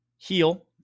heal